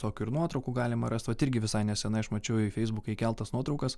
tokių ir nuotraukų galima rast vat irgi visai nesenai aš mačiau į feisbuką įkeltas nuotraukas